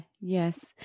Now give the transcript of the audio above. Yes